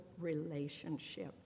relationship